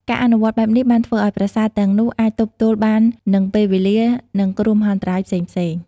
ការអនុវត្តបែបនេះបានធ្វើឲ្យប្រាសាទទាំងនោះអាចទប់ទល់បាននឹងពេលវេលានិងគ្រោះមហន្តរាយផ្សេងៗ។